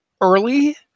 early